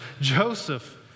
Joseph